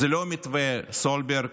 זה לא מתווה סולברג,